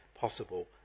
possible